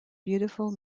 beautiful